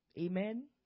Amen